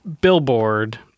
billboard